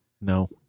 No